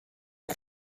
ein